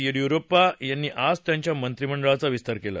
येडियुरप्पा यांनी आज त्यांच्या मंत्रिमंडळाचा विस्तार केला